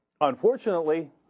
unfortunately